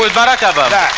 but barack ah obama